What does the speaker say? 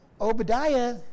Obadiah